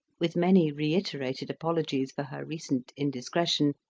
with many reiterated apologies for her recent indiscretion,